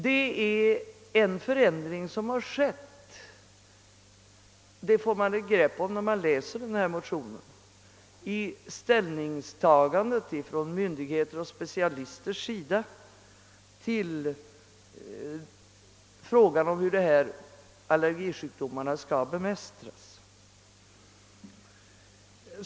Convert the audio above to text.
Det har skett en förändring — det får man begrepp om när man läser detta motionspar — i myndigheters och specialisters inställning till frågan om hur allergisjukdomarna skall bemästras.